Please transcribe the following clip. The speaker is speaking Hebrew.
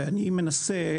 ואני מנסה,